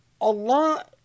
Allah